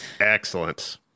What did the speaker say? Excellent